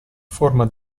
forma